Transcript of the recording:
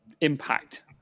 impact